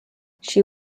she